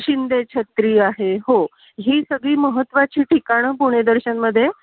शिंदेछत्री आहे हो ही सगळी महत्त्वाची ठिकाणं पुणेदर्शनमध्ये